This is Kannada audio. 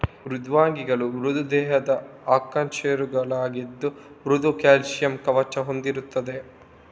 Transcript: ಮೃದ್ವಂಗಿಗಳು ಮೃದು ದೇಹದ ಅಕಶೇರುಕಗಳಾಗಿದ್ದು ಮೃದು ಕ್ಯಾಲ್ಸಿಯಂ ಕವಚ ಹೊಂದಿರ್ತದೆ